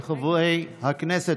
וחברי הכנסת,